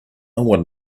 want